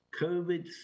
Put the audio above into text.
COVID